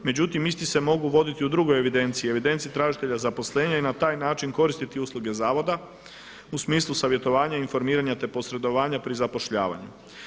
Međutim, isti se mogu voditi u drugoj evidenciji, evidenciji tražitelja zaposlenja i na taj način koristiti usluge zavoda u smislu savjetovanja, informiranja, te posredovanja pri zapošljavanju.